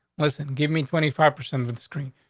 listen, give me twenty five percent of of the screen.